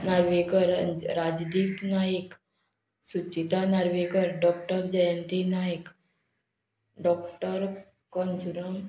Narvekar Rajdeep Naik Suchita Narvekar doctor Jayanti Nayak doctor कंसुरम